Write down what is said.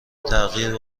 تغییر